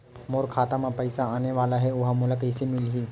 मोर खाता म पईसा आने वाला हे ओहा मोला कइसे मिलही?